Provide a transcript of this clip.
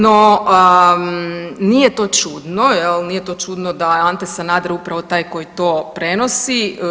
No, nije to čudno jel, nije to čudno da je Ante Sanader upravo taj koji to prenosi.